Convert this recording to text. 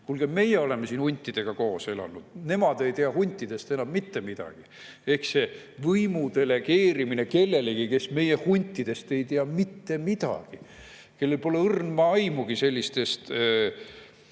Meie oleme siin huntidega koos elanud, nemad ei tea huntidest enam mitte midagi. See on võimu delegeerimine kellelegi, kes meie huntidest ei tea mitte midagi ja kellel pole õrna aimugi sellistest